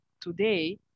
today